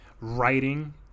writing